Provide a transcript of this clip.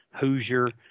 Hoosier